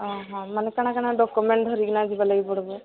ହଁ ହଁ ମାନେ କ'ଣ କ'ଣ ଡକୁମେଣ୍ଟ ଧରିକନା ଯିବା ଲାଗି ପଡ଼ିବ